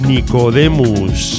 Nicodemus